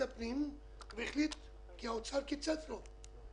הפנים והחליט כי משרד האוצר קיצץ לו,